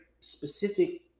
specific